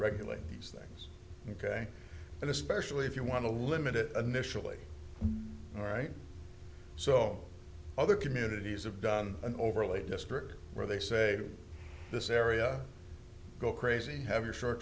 regulate these things ok and especially if you want to limit it initially all right so other communities have done an overlay district where they say this area go crazy have your short